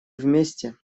вместе